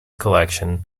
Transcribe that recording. collection